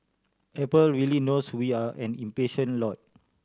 apple really knows we are an impatient lot